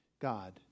god